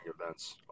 events